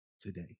today